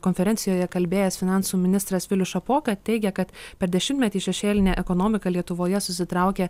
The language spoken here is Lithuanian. konferencijoje kalbėjęs finansų ministras vilius šapoka teigia kad per dešimtmetį šešėlinė ekonomika lietuvoje susitraukė